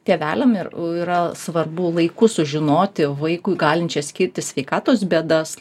tėveliam ir yra svarbu laiku sužinoti vaikui galinčias kilti sveikatos bėdas